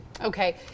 Okay